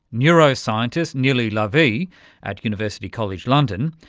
neuro-scientist nilli lavie at university college london,